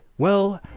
well,